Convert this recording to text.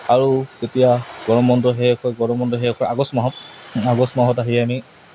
আৰু তেতিয়া গৰম বন্ধ শেষ হয় গৰম বন্ধ শেষ হয় আগষ্ট মাহত আগষ্ট মাহত আহি আমি